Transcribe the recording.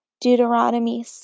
Deuteronomy